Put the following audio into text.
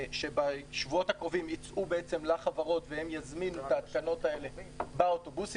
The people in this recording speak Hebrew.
שבשבועות הקרובים יצאו לחברות והם יזמינו את ההתקנות האלה באוטובוסים.